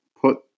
put